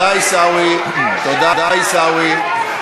אני